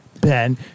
Ben